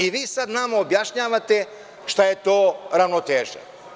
I vi sad nama objašnjavate šta je to ravnoteža.